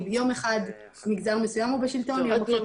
כי ביום אחד מגזר מסוים הוא בשלטון וביום אחר מגזר אחר.